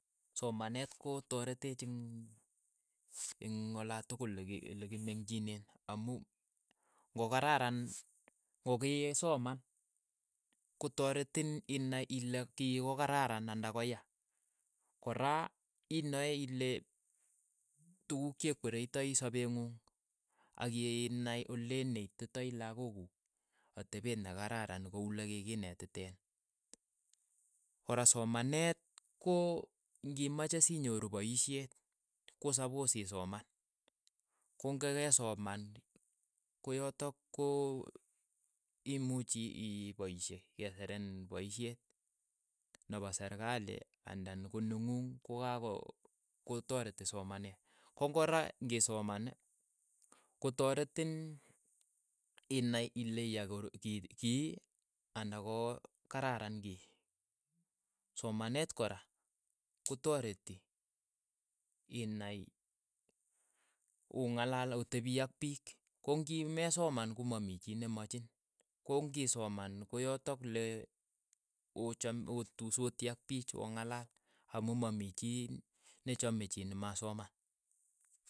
Somaneet ko tareteech ing' ing' olatokol le ki lekimeng'chine amu ng'okararan ng'okisoman, koteretin inai ile kii ko kararan anda koya, kora inae ile tukuk chekweretai sapee ng'ung, ak inai oleneititaii lakok kuuk atepeet ne kararan ko uu lekikinetiteen, kora somanet ng'o kimache inyouru paisheet ko sapos isoman, ko ng'e ke soman koyotok ko imuchi iipaishe, kesirin paishet nepo serikali andan ko neng'ung ko kako kotareti somaneet, ko ng'ora ng'isoman kotaretin inai ile ya koro ki kii andan ko kararan ki ii, somanet kora kotareti inai ung'alal otepii ak piik ko ng'imesoman komamii chii nemachin, kong'isoman ko yotok le ochom otusotii ak piich ong'alal, amu mamii chii ne chome chii ne ma soman.